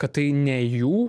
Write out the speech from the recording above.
kad tai ne jų